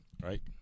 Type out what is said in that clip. right